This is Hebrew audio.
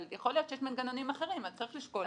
אבל יכול להיות שיש מנגנונים אחרים אז צריך לשקול.